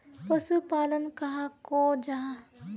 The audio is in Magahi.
पशुपालन कहाक को जाहा?